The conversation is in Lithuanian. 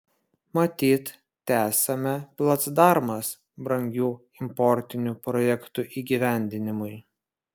matyt tesame placdarmas brangių importinių projektų įgyvendinimui